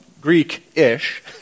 Greek-ish